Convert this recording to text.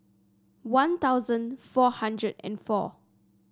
One Thousand four hundred and four